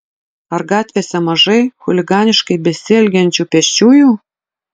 ar gatvėse mažai chuliganiškai besielgiančių pėsčiųjų